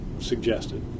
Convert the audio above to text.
suggested